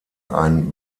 ein